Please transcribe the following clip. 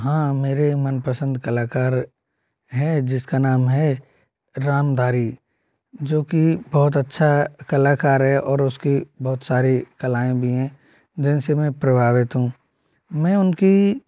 हाँ मेरे मन पसंद कलाकार हैं जिसका नाम है रामधारी जो कि बहुत अच्छा कलाकार है और उसकी बहुत सारी कलाएं भी हैं जिनसे मैं प्रभावित हूँ मैं उनकी